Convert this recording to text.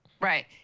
Right